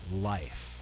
life